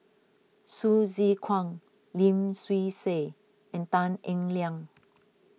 Hsu Tse Kwang Lim Swee Say and Tan Eng Liang